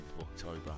October